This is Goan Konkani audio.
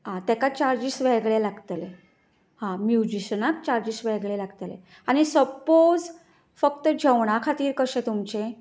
आं ताका चार्जीस वेगळे लागतले आं मुजिशनाक चार्जीस वेगळे लागतले आनी सपोज फक्त जेवणां खातीर कशें तुमचें